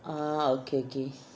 oh okay okay